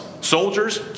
Soldiers